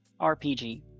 RPG